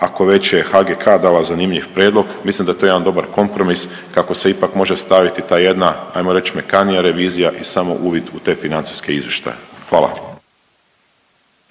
ako već je HGK dala zanimljiv prijedlog, mislim da je to jedan dobar kompromis kako se ipak može staviti ta jedna, ajmo reć mekanija revizija i samo uvid u te financijske izvještaje. Hvala.